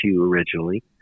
originally